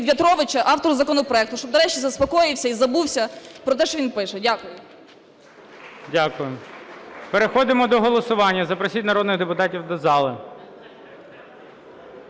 В'ятровича автору законопроекту, щоб нарешті заспокоївся і забувся про те, що він пише. Дякую. ГОЛОВУЮЧИЙ. Дякую. Переходимо до голосування. Запросіть народних депутатів до зали.